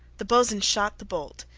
the boatswain shot the bolt,